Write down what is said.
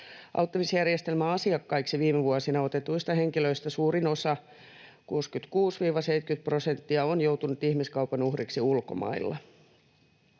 Auttamisjärjestelmän asiakkaiksi viime vuosina otetuista henkilöistä suurin osa, 66—70 prosenttia, on joutunut ihmiskaupan uhriksi ulkomailla.